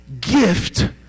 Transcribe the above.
gift